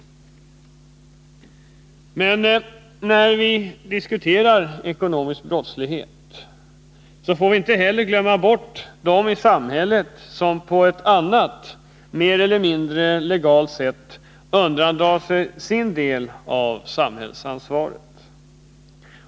Men när vi diskuterar ekonomisk brottslighet får vi inte heller glömma bort 1 dem i samhället som på ett annat mer eller mindre legalt sätt undandrar sig sin del av samhällsansvaret.